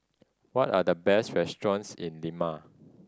what are the best restaurants in Lima